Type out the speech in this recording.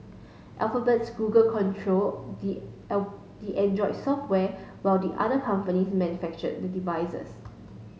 Alphabet's Google controls the the Android software while the other companies manufacture the devices